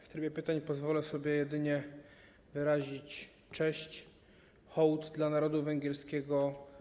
W trybie pytań pozwolę sobie jedynie wyrazić cześć, hołd dla narodu węgierskiego.